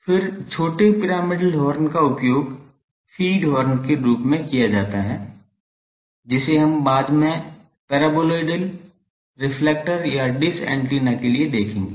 फिर छोटे pyramidal horn का उपयोग फीड हॉर्न के रूप में किया जाता है जिसे हम बाद में पैराबोलॉइडल रिफ्लेक्टर या डिश एंटीना के लिए देखेंगे